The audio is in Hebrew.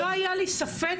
לא היה לי ספק.